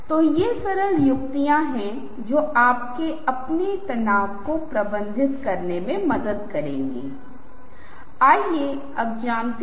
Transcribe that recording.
चौड़ाई का अनुपात ऊपरी मामले से निचले मामले तक सभी में उनके संबंध और उनके मनोवैज्ञानिक प्रभाव हैं